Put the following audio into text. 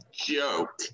Joke